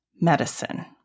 medicine